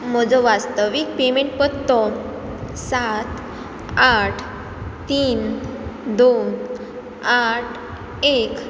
म्हजो वास्तवीक पेमँट पत्तो सात आठ तीन दोन आठ एक